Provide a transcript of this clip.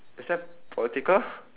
is that political